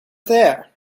there